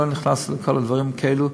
אני לא נכנס לכל הדברים האלה,